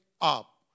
up